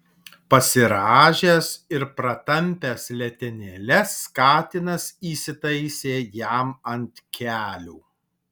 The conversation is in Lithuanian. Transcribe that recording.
pasirąžęs ir pratampęs letenėles katinas įsitaisė jam ant kelių